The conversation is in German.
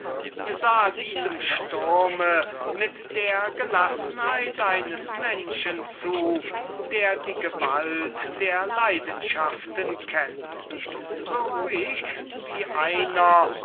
diesem sturm mit der gelassenheit eines menschen zu der die natur der leidenschaften kennt so ruhig wie einer